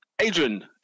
Adrian